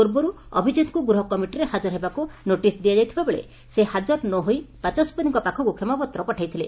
ପୂର୍ବରୁ ଅଭିଜିତଙ୍କୁ ଗୃହ କମିଟିରେ ହାଜର ହେବାକୁ ନୋଟିସ୍ ଦିଆଯାଇଥିବାବେଳେ ସେ ହାଜର ନ ହୋଇ ବାଚସ୍ୱତିଙ୍କ ପାଖକୁ କ୍ଷମାପତ୍ର ପଠାଇଥିଲେ